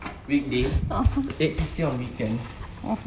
weekday eight fifty on weekends